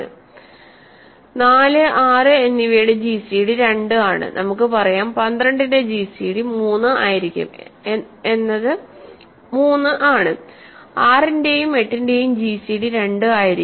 4 6 എന്നിവയുടെ ജിസിഡി 2 ആണ് നമുക്ക് പറയാം 12 ന്റെ ജിസിഡി 3 ആയിരിക്കും എന്നത് 3 ആണ് 6 ന്റെയും 8 ന്റെയും ജിസിഡി 2 ആയിരിക്കും